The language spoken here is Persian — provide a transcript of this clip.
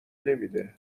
نمیده